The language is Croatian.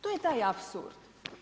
To je taj apsurd.